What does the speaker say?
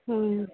हूं